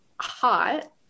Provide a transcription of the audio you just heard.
hot